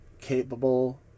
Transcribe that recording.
capable